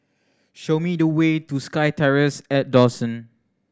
show me the way to SkyTerrace at Dawson